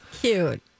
Cute